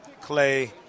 Clay